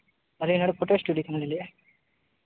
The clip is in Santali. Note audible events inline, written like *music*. ᱟᱹᱞᱤᱧ ᱱᱚᱰᱮ *unintelligible* ᱟᱹᱭᱮᱫᱼᱟ